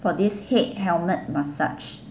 for this head helmet massage